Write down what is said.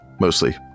mostly